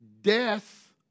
Death